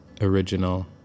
original